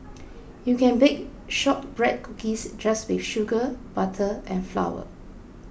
you can bake Shortbread Cookies just with sugar butter and flour